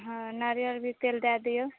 हँ नारियल भी तेल दय दियौ